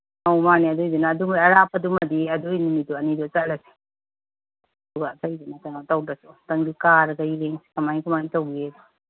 ꯑꯧ ꯃꯥꯅꯦ ꯑꯗꯨꯏꯗꯨꯅ ꯑꯗꯨꯒꯤ ꯑꯔꯥꯞꯄꯗꯨꯃꯗꯤ ꯑꯗꯨꯏ ꯅꯨꯃꯤꯠꯇꯣ ꯑꯅꯤꯗꯣ ꯆꯠꯂꯁꯤ ꯑꯗꯨꯒ ꯑꯇꯩꯗꯨꯅ ꯀꯩꯅꯣ ꯇꯧꯗ꯭ꯔꯁꯨ ꯑꯝꯇꯪꯗꯤ ꯀꯥꯔꯒ ꯌꯦꯡꯁꯤ ꯀꯃꯥꯏ ꯀꯃꯥꯏ ꯇꯧꯒꯦꯗꯣ